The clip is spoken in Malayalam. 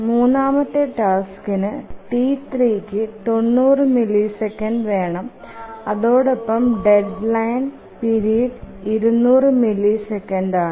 മൂന്നാമത്തെ ടാസ്കിനു T3കു 90 മില്ലിസെക്കൻഡ്സ് വേണം അതോടൊപ്പം ഡെഡ്ലൈനും പീരീഡ് ഉം 200 മില്ലിസെക്കൻഡ്സ് ആണ്